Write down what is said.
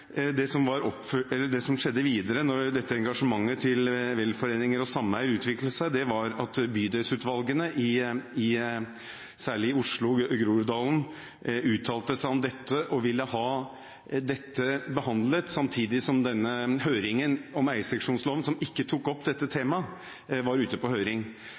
utviklet seg, var at bydelsutvalgene, særlig i Oslo, i Groruddalen, uttalte seg om dette og ville ha det behandlet samtidig som høringen om eierseksjonsloven, som ikke tok opp dette temaet, var ute på høring.